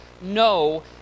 no